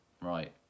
Right